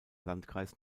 landkreis